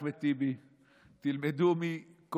תלמדו מאחמד טיבי,